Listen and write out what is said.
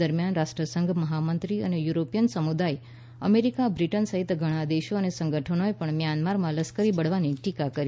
દરમિયાન રાષ્ટ્રસંઘ મહામંત્રી યુરોપીય સમુદાય અમેરિકા બ્રિટન સહીત ઘણા દેશો અને સંગઠનોએ પણ મ્યાનમારમાં લશ્કરી બળવાની ટીકા કરી છે